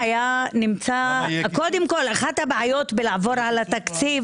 אחת הבעיות בלעבור על התקציב